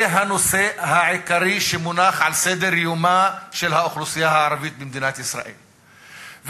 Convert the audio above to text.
זה הנושא העיקרי שמונח על סדר-יומה של האוכלוסייה הערבית במדינת ישראל,